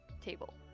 table